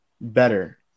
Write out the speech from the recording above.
better